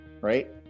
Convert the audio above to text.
right